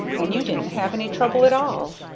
and you didn't have any trouble at all.